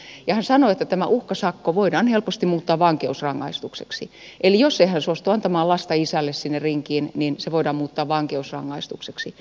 ja hän sanoi että tämä uhkasakko voidaan helposti muuttaa vankeusrangaistukseksi eli jos ei hän suostu antamaan lasta isälle sinne rinkiin niin se voidaan muuttaa vankeusrangaistukseksi